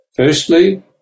Firstly